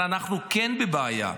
אבל אנחנו כן בבעיה.